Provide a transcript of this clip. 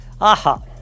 aha